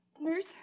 Nurse